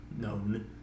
known